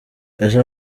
ejo